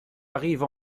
arrive